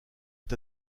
est